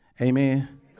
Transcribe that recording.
Amen